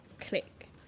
click